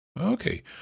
Okay